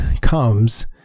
comes